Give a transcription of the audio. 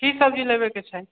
की सब्जी लएके छै